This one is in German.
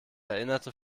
erinnerte